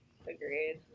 agreed